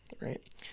right